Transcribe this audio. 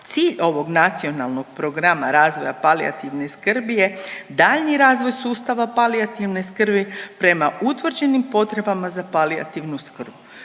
Cilj ovog Nacionalnog programa razvoja palijativne skrbi je daljnji razvoj sustava palijativne skrbi prema utvrđenim potrebama za palijativnu skrb